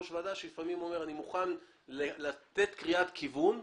ראש ועדה שלפעמים אומר שהוא מוכן לתת קריאת כיוון ובהמשך,